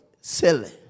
silly